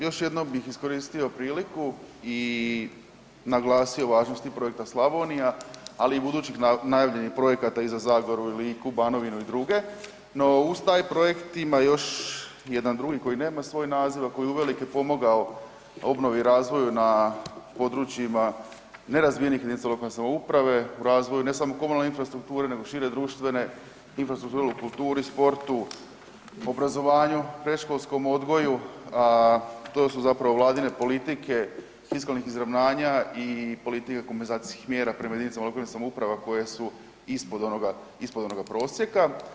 Još jednom bih iskoristio priliku i naglasio važnost i projekta Slavonija, ali i budućih najavljenih projekata i za Zagoru i Liku, Banovinu i druge, no uz taj projekt ima još jedan drugi koji nema svoj naziv, a koji je uvelike pomogao obnovi i razvoju na područjima nerazvijenih jedinica lokalne samouprave u razvoju, ne samo komunalne infrastrukture, nego šire društvene, infrastrukture u kulturi, sportu, obrazovanju, predškolskom odgoju, a to su zapravo Vladine politike fiskalnih izravnanja i politike kompenzacijskih mjera prema jedinicama lokalne samouprave koje su ispod onoga prosjeka.